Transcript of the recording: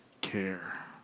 care